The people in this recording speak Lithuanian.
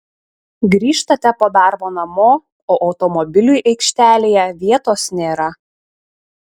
grįžtate po darbo namo o automobiliui aikštelėje vietos nėra